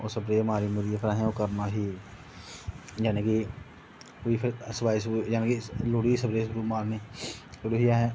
ओह् स्प्रे मारियै ओह् असें उसी करना जानी कि सपाई जाने कि स्प्रे मारनी ते फिर असें